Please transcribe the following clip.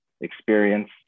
experience